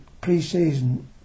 pre-season